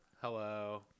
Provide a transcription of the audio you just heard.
Hello